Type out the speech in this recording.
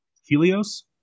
Helios